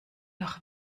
noch